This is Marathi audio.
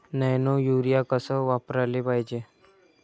नैनो यूरिया कस वापराले पायजे?